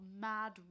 mad